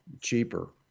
cheaper